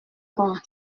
contre